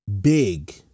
big